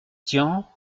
tian